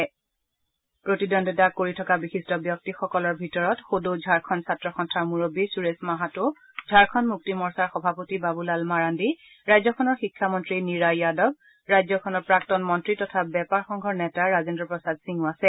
এই পৰ্যায়ৰ নিৰ্বাচনত প্ৰতিদ্বন্দ্বিতা কৰি থকা বিশিষ্ট ব্যক্তিসকলৰ ভিতৰত সদৌ ঝাৰখণ্ড ছাত্ৰ সন্থাৰ মুৰববী সুদেশ মাহাতো ঝাৰখণ্ড মুক্তি মৰ্চাৰ সভাপতি বাবুলাল মাৰাণ্ডী ৰাজ্যখনৰ শিক্ষামন্ত্ৰী নীৰা য়াদৱ ৰাজ্যখনৰ প্ৰাক্তন মন্ত্ৰী তথা বেপাৰ সংঘৰ নেতা ৰাজেন্দ্ৰ প্ৰসাদ সিঙো আছে